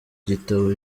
gitabo